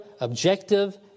objective